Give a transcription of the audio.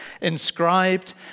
inscribed